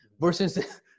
versus